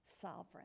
sovereign